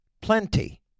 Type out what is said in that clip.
plenty